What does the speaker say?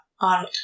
on